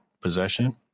possession